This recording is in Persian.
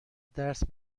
درس